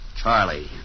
Charlie